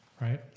Right